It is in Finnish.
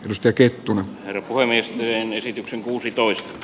mustaketun herkkua onnistuneen esityksen kuusitoista